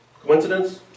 coincidence